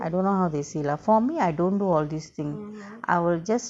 I don't know how they see lah for me I don't do all these thing I will just